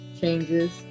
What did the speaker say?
changes